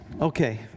Okay